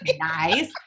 Nice